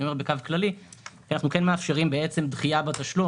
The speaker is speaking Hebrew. אני אומר בקו כללי כי אנחנו כן מאפשרים דחייה בתשלום